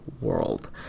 world